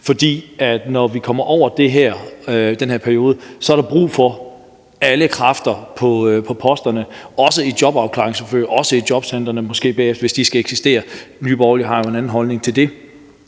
For når vi kommer over den her periode, er der brug for alle kræfter på posterne, også i jobafklaringsforløb, måske også bagefter i jobcentrene, hvis de skal eksistere. Nye Borgerlige har jo en anden holdning til det.